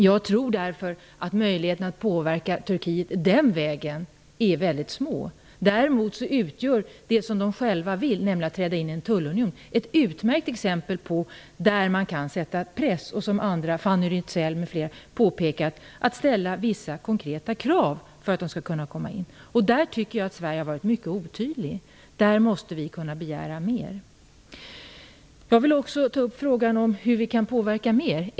Jag tror därför att möjligheten att påverka Turkiet den vägen är mycket liten. Däremot utgör deras eget önskemål, att träda in i en tullunion, ett utmärkt exempel där man faktiskt kan sätta press. Fanny Rizell m.fl. har påpekat att man kan ställa vissa konkreta krav för att Turkiet skall kunna få ingå i tullunionen. Jag tycker att Sverige har varit mycket otydligt i den frågan. Vi måste kunna begära mer. Jag vill också ta upp frågan om hur vi kan påverka mer.